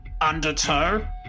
undertow